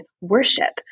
worship